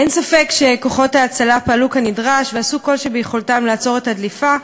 אין ספק שכוחות ההצלה פעלו כנדרש ועשו כל שביכולתם לעצור את הדליפה.